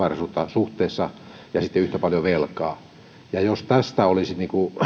suhteessa omavaraisuutta ja yhtä paljon velkaa jos tästä olisi